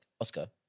Oscar